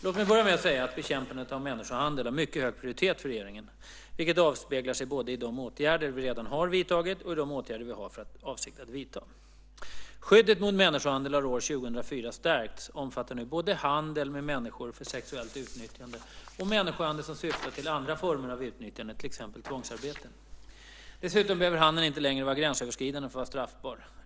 Låt mig börja med att säga att bekämpande av människohandel har mycket hög prioritet för regeringen, vilket avspeglar sig både i de åtgärder vi redan har vidtagit och i de åtgärder vi har för avsikt att vidta. Skyddet mot människohandel har år 2004 stärkts och omfattar nu både handel med människor för sexuellt utnyttjande och människohandel som syftar till andra former av utnyttjande, till exempel tvångsarbete. Dessutom behöver handeln inte längre vara gränsöverskridande för att vara straffbar.